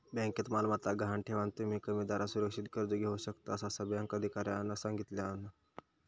बँकेत मालमत्ता गहाण ठेवान, तुम्ही कमी दरात सुरक्षित कर्ज घेऊ शकतास, असा बँक अधिकाऱ्यानं सांगल्यान